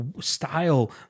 style